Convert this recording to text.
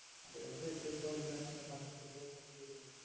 हम कैसे एक और बैंक लाभार्थी के जोड़ सकली हे?